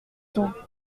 tout